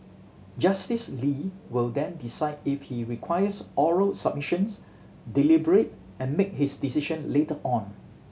Justice Lee will then decide if he requires oral submissions deliberate and make his decision later on